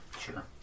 Sure